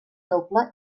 noble